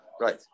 Right